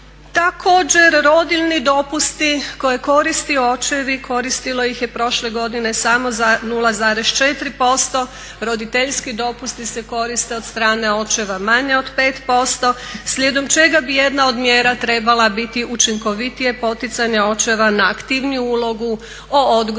također rodiljni dopusti koje koriste očevi, koristilo ih je prošle godine samo za 0,4%, roditeljski dopusti se koriste od strane očeva manje od 5% slijedom čega bi jedna od mjera trebala biti učinkovitije poticanje očeva na aktivniju ulogu o odgoju